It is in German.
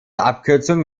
abkürzung